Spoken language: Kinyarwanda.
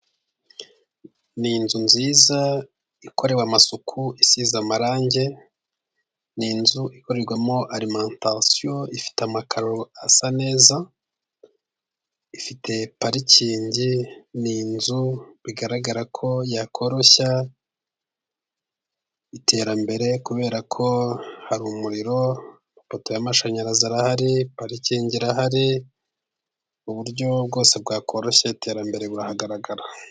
Ni inzu nziza ikorewe amasuku isize amarangi, ni inzu ikorerwamo alimentation ifite amakaro asa neza, ifite parikingi, ni inzu bigaragara ko yakoroshya iterambere kubera ko hari umuriro, ipoto y'amashanyarazi arahari, parikingi irahari, uburyo bwose bwakororoshya iterambere buragaragara.